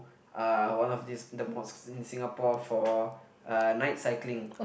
uh one of this the mosque in Singapore for uh night cycling